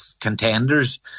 contenders